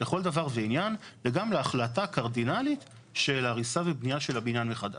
לכל דבר ועניין וגם להחלטה קרדינלית של הריסה ובנייה של הבניין מחדש.